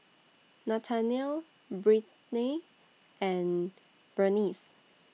Nathanael Brittnay and Bernice